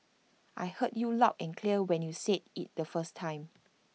I heard you loud and clear when you said IT the first time